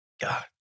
God